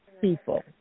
people